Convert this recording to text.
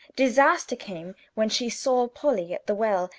disaster came when she saw polly, at the well,